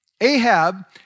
Ahab